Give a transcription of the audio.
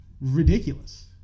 Ridiculous